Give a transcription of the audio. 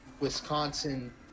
Wisconsin